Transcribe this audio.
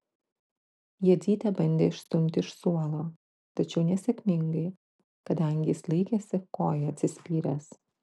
jadzytė bandė išstumti iš suolo tačiau nesėkmingai kadangi jis laikėsi koja atsispyręs